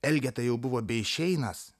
elgeta jau buvo beišeinąs